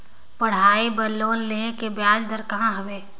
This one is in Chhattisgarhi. पढ़ाई बर लोन लेहे के ब्याज दर का हवे?